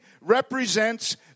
represents